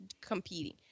competing